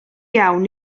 iawn